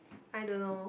I don't know